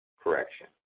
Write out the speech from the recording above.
correction